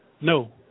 No